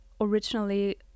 originally